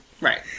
Right